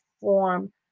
form